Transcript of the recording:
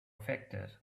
affected